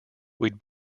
we’d